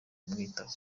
kumwitaho